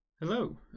Hello